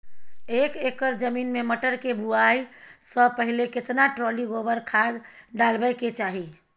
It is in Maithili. एक एकर जमीन में मटर के बुआई स पहिले केतना ट्रॉली गोबर खाद डालबै के चाही?